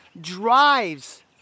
drives